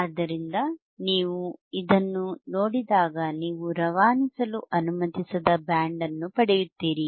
ಆದ್ದರಿಂದ ನೀವು ಇದನ್ನು ನೋಡಿದಾಗ ನೀವು ರವಾನಿಸಲು ಅನುಮತಿಸದ ಬ್ಯಾಂಡ್ ಅನ್ನು ಪಡೆಯುತ್ತೀರಿ